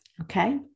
okay